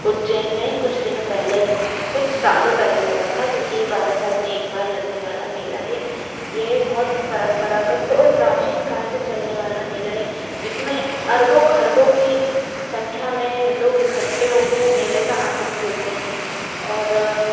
उज्जैन में कुछ दिनों पहले कुछ सालों पहले लगा था क्योंकि ये बारह साल मे एक बार लगने वाला मेला है ये बहुत परंपरागत और प्राचीन काल से चलने वाला मेला है जिसमे अरबों खरबों की संख्या में लोग इकट्ठे हो के मेले का आनंद लेते है और